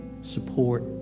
support